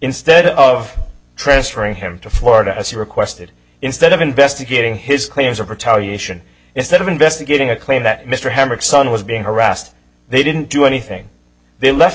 instead of transferring him to florida as requested instead of investigating his claims or tell you ition is that of investigating a claim that mr hammack son was being harassed they didn't do anything they left